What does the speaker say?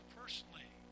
personally